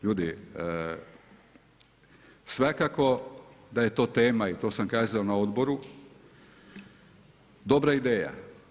Ljudi, svakako da je to tema i to sam kazao na odboru, dobra ideja.